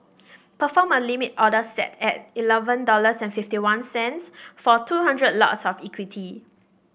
perform a limit order set at eleven dollars fifty one cent for two hundred lots of equity